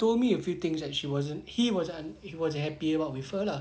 told me a few things that she wasn't he wasn't he wasn't happy about with her lah